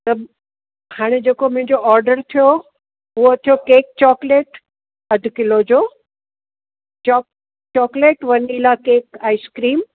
त हाणे जे को मुंहिंजो ऑडर थियो उहो थियो केक चॉकलेट अधु किलो जो चो चॉकलेट वनीला केक आइस्क्रीम